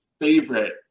favorite